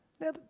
Now